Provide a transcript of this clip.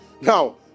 now